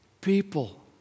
people